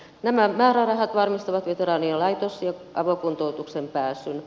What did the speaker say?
nämä määrärahat varmistavat veteraanien laitos ja avokuntoutukseen pääsyn